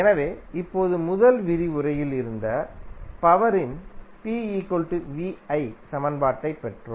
எனவே இப்போது முதல் விரிவுரையில் இருந்த பவரின் சமன்பாட்டைப் பெற்றோம்